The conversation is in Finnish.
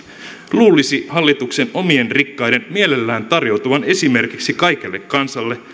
luulisi hallituksen omien rikkaiden mielellään tarjoutuvan esimerkiksi kaikelle kansalle